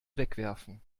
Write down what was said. wegwerfen